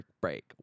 break